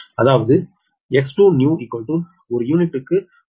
அதாவது X2new ஒரு யூனிட்டுக்கு 0